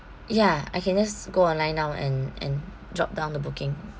ya I can just go online now and and jot down the booking